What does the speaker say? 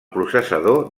processador